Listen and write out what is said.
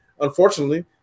unfortunately